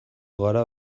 gara